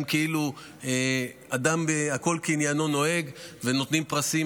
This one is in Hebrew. כאילו הכול כמנהגו נוהג ונותנים פרסים,